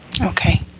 Okay